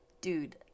Dude